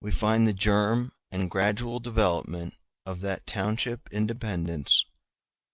we find the germ and gradual development of that township independence